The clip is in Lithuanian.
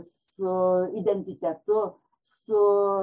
su identitetu su